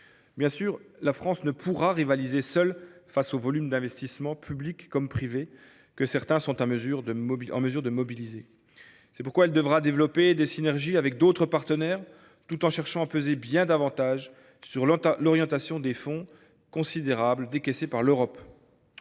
Bien sûr, la France ne pourra rivaliser seule face aux volumes d’investissements, publics comme privés, que certains sont en mesure de mobiliser. C’est pourquoi elle devra développer des synergies avec d’autres partenaires, tout en cherchant à peser bien davantage sur l’orientation des fonds considérables décaissés par l’Europe.